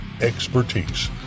expertise